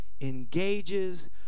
engages